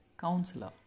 counselor